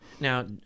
now